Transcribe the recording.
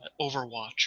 Overwatch